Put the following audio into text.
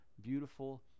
beautiful